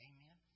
Amen